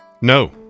No